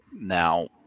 Now